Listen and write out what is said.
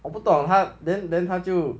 我不懂他 then then 他就